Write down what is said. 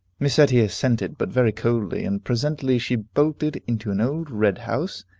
miss etty assented, but very coldly, and presently she bolted into an old red house,